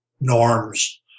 norms